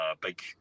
big